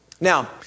Now